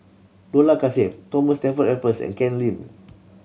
Dollah Kassim Thomas Stamford Raffles and Ken Lim